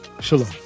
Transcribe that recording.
Shalom